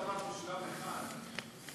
נכון שלגבי מורות עולות יש המענק